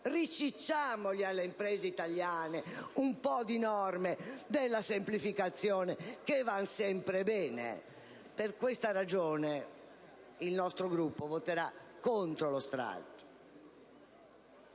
ricicciare per le imprese italiane un po' di norme della semplificazione, che vanno sempre bene. Per questa ragione, il nostro Gruppo voterà contro lo stralcio.